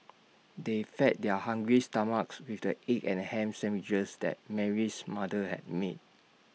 they fed their hungry stomachs with the egg and Ham Sandwiches that Mary's mother had made